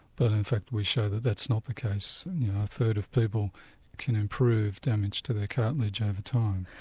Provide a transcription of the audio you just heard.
but in fact we show that's not the case. a third of people can improve damage to their cartilage over time,